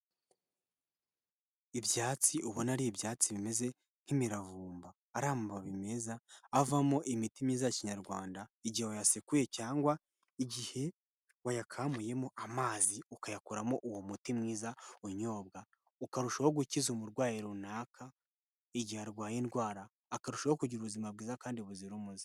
Ibyatsi ubona ari ibyatsi bimeze nk'imiravumba, ari amababi meza avamo imiti myiza ya kinyarwanda, igihe wayasekuye cyangwa igihe wayakamuyemo amazi ukayakoramo uwo muti mwiza unyobwa, ukarushaho gukiza umurwayi runaka igihe arwaye indwara, akarushaho kugira ubuzima bwiza kandi buzira umuze.